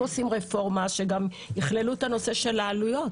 אם עושים רפורמה שגם יכללו את הנושא של העלויות.